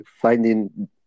finding